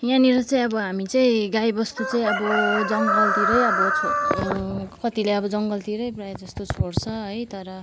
यहाँनिर चाहिँ अब हामी चाहिँ गाई बस्तु चाहिँ अब जङ्गलतिरै अब छोड् कतिले अब जङ्गलतिरै प्रायः जस्तो छोड्छ है तर